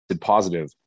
positive